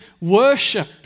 worship